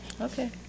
Okay